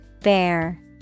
Bear